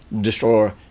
destroy